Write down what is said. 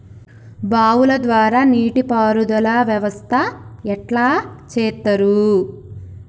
బావుల ద్వారా నీటి పారుదల వ్యవస్థ ఎట్లా చేత్తరు?